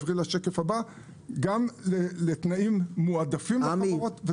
גם תנאים מועדפים לחברות.